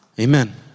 Amen